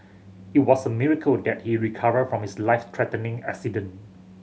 it was a miracle that he recovered from his life threatening accident